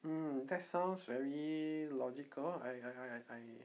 mm that sounds very logical I I I I I